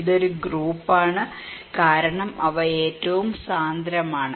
ഇത് ഒരു ഗ്രൂപ്പാണ് കാരണം അവ ഏറ്റവും സാന്ദ്രമാണ്